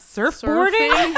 Surfboarding